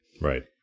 Right